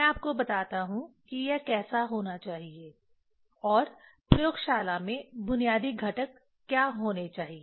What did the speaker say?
मैं आपको बताता हूं कि यह कैसा होना चाहिए और प्रयोगशाला में बुनियादी घटक क्या होने चाहिए